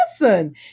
listen